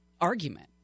argument